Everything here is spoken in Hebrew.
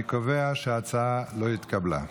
אני קובע שההצעה לא התקבלה.